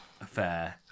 affair